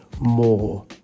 more